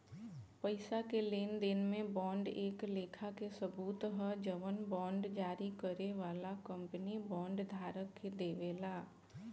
पईसा के लेनदेन में बांड एक लेखा के सबूत ह जवन बांड जारी करे वाला कंपनी बांड धारक के देवेला